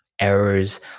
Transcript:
errors